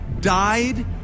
died